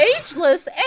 ageless